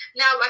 now